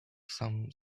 some